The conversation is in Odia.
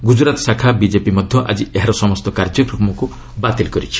ଗୁଜରାତ ଶାଖା ବିଜେପି ମଧ୍ୟ ଆଜି ଏହାର ସମସ୍ତ କାର୍ଯ୍ୟକ୍ରମକୁ ବାତିଲ କରିଛି